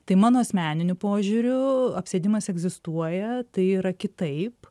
tai mano asmeniniu požiūriu apsėdimas egzistuoja tai yra kitaip